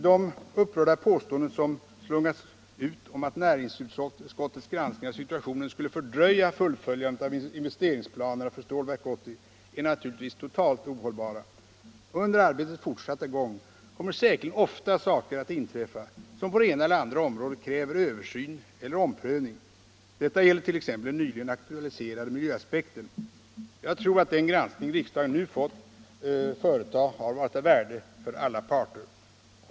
De upprörda påståenden som slungats ut om att näringsutskottets granskning av situationen skulle fördröja fullföljandet av investeringsplanerna för Stålverk 80 är naturligtvis totalt ohållbara. Under arbetets fortsatta gång kommer säkerligen ofta saker att inträffa som på det ena eller andra området kräver översyn eller omprövning. Detta gäller t.ex. den nyligen aktualiserade miljöaspekten. Jag tror att den granskning riksdagen nu fått företa varit av värde för alla parter.